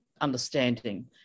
understanding